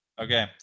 okay